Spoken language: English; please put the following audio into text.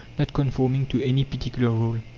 not conforming to any particular rule.